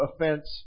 offense